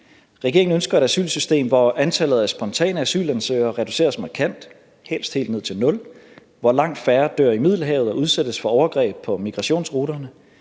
Regeringen ønsker et asylsystem, hvor antallet af spontane asylansøgere reduceres markant, og helst helt ned til nul, hvor langt færre dør i Middelhavet og udsættes for overgreb på migrationsruterne,